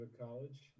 College